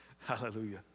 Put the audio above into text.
Hallelujah